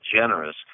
generous